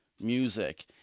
music